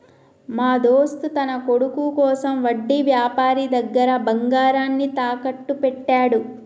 మా దోస్త్ తన కొడుకు కోసం వడ్డీ వ్యాపారి దగ్గర బంగారాన్ని తాకట్టు పెట్టాడు